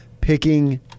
Picking –